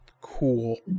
Cool